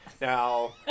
Now